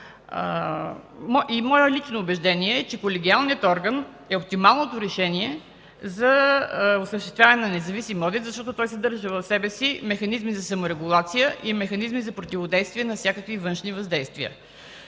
Мое лично убеждение е, че колегиалният орган е оптималното решение за осъществяване на независим одит, защото той съдържа в себе си механизми за саморегулация и механизми за противодействие на всякакви външни въздействия.